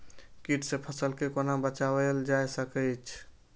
कीट से फसल के कोना बचावल जाय सकैछ?